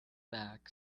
back